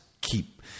keep